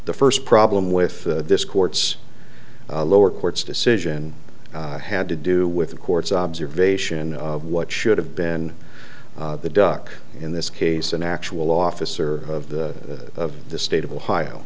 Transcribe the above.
the first problem with this court's lower court's decision had to do with the court's observation of what should have been the duck in this case an actual officer of the of the state of ohio